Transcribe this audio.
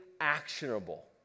actionable